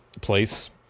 place